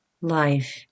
life